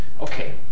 Okay